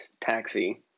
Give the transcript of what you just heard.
taxi